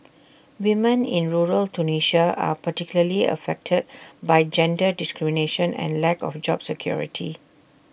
women in rural Tunisia are particularly affected by gender discrimination and lack of job security